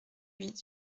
huit